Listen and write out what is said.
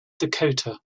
dakota